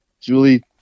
julie